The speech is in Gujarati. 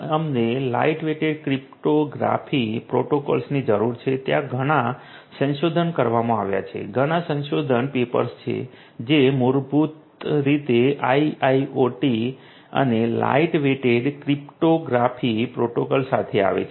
અમને લાઇટવેઇટ ક્રિપ્ટોગ્રાફિક પ્રોટોકોલ્સની જરૂર છે ત્યાં ઘણા સંશોધન કરવામાં આવ્યા છે ઘણા સંશોધન પેપર્સ છે જે મૂળભૂત રીતે આઇઆઇઓટી માટે લાઇટવેઇટ ક્રિપ્ટોગ્રાફિક પ્રોટોકોલ સાથે આવે છે